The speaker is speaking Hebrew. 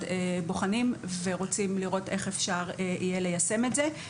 בוחנים ורוצים לראות איך אפשר יהיה ליישם את זה.